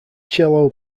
cello